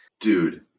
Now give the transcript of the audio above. Dude